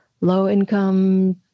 low-income